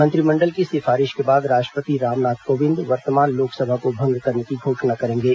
मंत्रिमंडल की सिफारिश के बाद राष्ट्रपति रामनाथ कोविंद वर्तमान लोकसभा को भंग करने की घोषणा करेंगे